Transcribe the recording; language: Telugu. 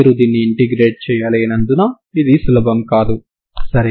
దానిని మనం తర్వాత వీడియో లో చూద్దాం సరేనా